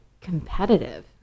competitive